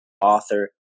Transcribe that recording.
author